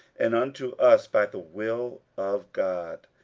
and unto us by the will of god.